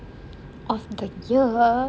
of the yar